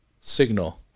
signal